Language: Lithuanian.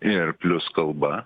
ir plius kalba